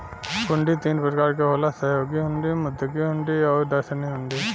हुंडी तीन प्रकार क होला सहयोग हुंडी, मुद्दती हुंडी आउर दर्शनी हुंडी